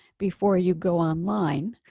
before you go online,